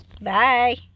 bye